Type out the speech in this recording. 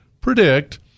predict